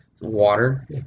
water